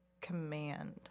command